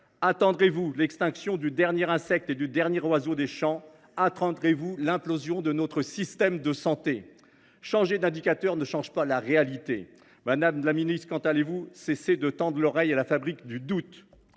Attendrez vous l’extinction du dernier insecte et du dernier oiseau des champs ? Attendrez vous l’implosion de notre système de santé ? Changer d’indicateur ne change pas la réalité ! Quand cesserez vous de tendre l’oreille à la fabrique du doute ?